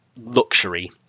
luxury